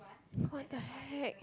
what the heck